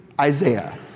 Isaiah